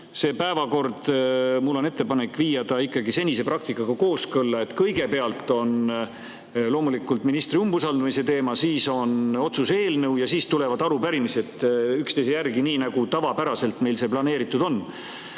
see päevakord? Mul on ettepanek viia ta senise praktikaga kooskõlla, et kõigepealt on loomulikult ministri umbusaldamise teema, siis on otsuse eelnõu ja siis tulevad arupärimised üksteise järel, nii nagu tavapäraselt meil see planeeritud on. Ja